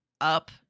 up